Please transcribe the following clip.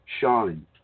shine